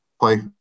play